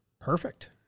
perfect